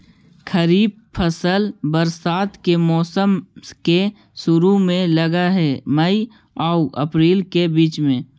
खरीफ फसल बरसात के मौसम के शुरु में लग हे, मई आऊ अपरील के बीच में